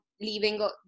leaving